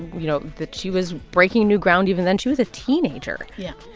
you know, that she was breaking new ground even then. she was a teenager yeah.